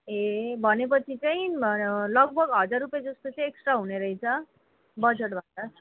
ए भनेपछि चाहिँ लगभग हजार रुपियाँ जस्तो चाहिँ एक्स्ट्रा हुने रहेछ बजटबाट